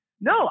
no